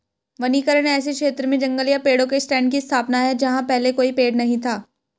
वनीकरण ऐसे क्षेत्र में जंगल या पेड़ों के स्टैंड की स्थापना है जहां पहले कोई पेड़ नहीं था